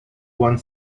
one